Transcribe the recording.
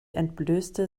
entblößte